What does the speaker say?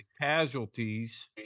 casualties